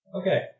Okay